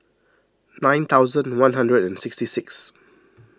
nine thousand one hundred and sixty six